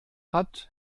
hat